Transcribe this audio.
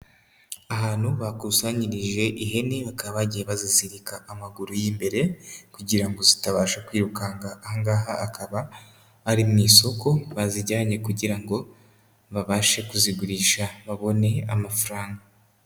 Ahantu bakusanyirije ihene bakaba bagiye bazizirika amaguru y'imbere kugira ngo zitabasha kwirukanga. Ahangaha akaba ari mu isoko bazijyanye kugira ngo babashe kuzigurisha babone amafaranga.